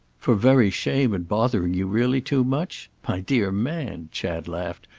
for very shame at bothering you really too much? my dear man, chad laughed,